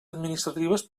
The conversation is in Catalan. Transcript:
administratives